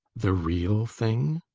the real thing?